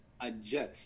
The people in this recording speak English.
adjust